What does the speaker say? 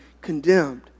condemned